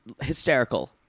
hysterical